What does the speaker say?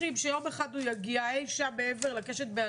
באתר יש את ההסכמה של